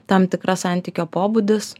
tam tikra santykio pobūdis